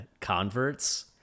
converts